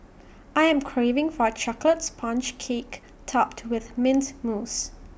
I am craving for A Chocolate Sponge Cake Topped with Mint Mousse